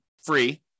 free